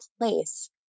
place